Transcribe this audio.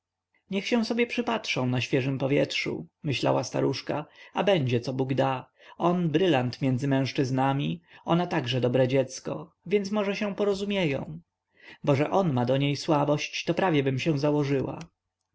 niech się sobie przypatrzą na świeżem powietrzu myślała staruszka a będzie co bóg da on brylant między mężczyznami ona także dobre dziecko więc może się porozumieją bo że on ma do niej słabość to prawiebym się założyła